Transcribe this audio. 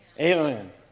Amen